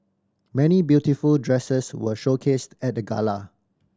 many beautiful dresses were showcased at the gala